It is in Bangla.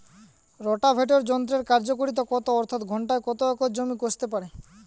রোটাভেটর যন্ত্রের কার্যকারিতা কত অর্থাৎ ঘণ্টায় কত একর জমি কষতে পারে?